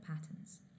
patterns